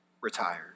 retired